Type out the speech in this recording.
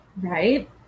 Right